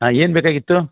ಹಾಂ ಏನು ಬೇಕಾಗಿತ್ತು